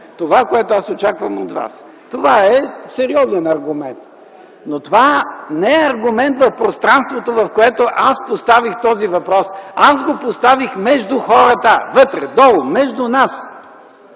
това, което очаквам от вас”. Това е сериозен аргумент. Но това не е аргумент в пространството, в което аз поставих този въпрос. Аз го поставих между хората – вътре, долу, между нас.